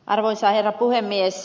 arvoisa herra puhemies